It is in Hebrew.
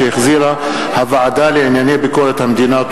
שהחזירה הוועדה לענייני ביקורת המדינה.